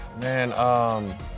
Man